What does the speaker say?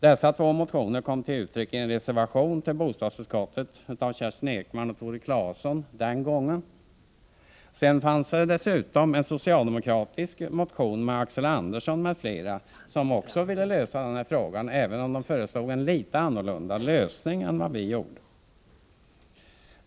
Dessa två motioner föranledde sedan en reservation av Kerstin Ekman och Tore Claeson — den gången i bostadsutskottet. Det fanns dessutom en socialdemokratisk motion av Axel Andersson m.fl. Också dessa motionärer ville klara upp denna fråga, även om de föreslog en litet annorlunda lösning än vi gjorde.